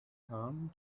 harm